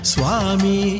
Swami